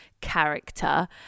character